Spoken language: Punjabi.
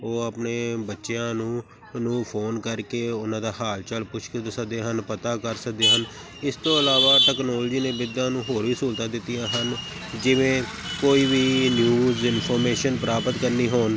ਉਹ ਆਪਣੇ ਬੱਚਿਆਂ ਨੂੰ ਉਹਨੂੰ ਫੋਨ ਕਰਕੇ ਉਹਨਾਂ ਦਾ ਹਾਲ ਚਾਲ ਪੁੱਛ ਕੇ ਦੱਸਦੇ ਹਨ ਪਤਾ ਕਰ ਸਕਦੇ ਹਨ ਇਸ ਤੋਂ ਇਲਾਵਾ ਟੈਕਨੋਲੋਜੀ ਨੇ ਬਿਰਧਾਂ ਨੂੰ ਹੋਰ ਵੀ ਸਹੂਲਤਾਂ ਦਿੱਤੀਆਂ ਹਨ ਜਿਵੇਂ ਕੋਈ ਵੀ ਨਿਊਜ਼ ਇਨਫੋਰਮੇਸ਼ਨ ਪ੍ਰਾਪਤ ਕਰਨੀ ਹੋਣ